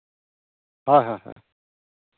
ᱦᱳᱭ ᱦᱳᱭ